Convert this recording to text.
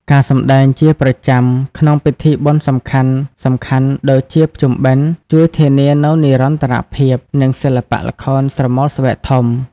ការសម្តែងជាប្រចាំក្នុងពិធីបុណ្យសំខាន់ៗដូចជាភ្ជុំបិណ្ឌ ជួយធានានូវ និរន្តរភាព នៃសិល្បៈល្ខោនស្រមោលស្បែកធំ។